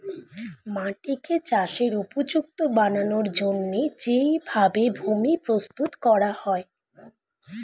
মাটিকে চাষের উপযুক্ত বানানোর জন্যে যেই ভাবে ভূমি প্রস্তুত করা হয়